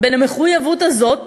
בין המחויבות הזאת